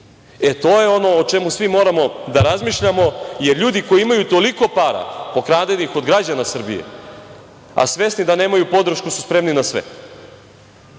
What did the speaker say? To je ono o čemu svi moramo da razmišljamo jer ljudi koji imaju toliko para, pokradenih od građana Srbije, a svesni da nemaju podršku, su spremni na sve.